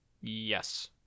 yes